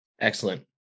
Excellent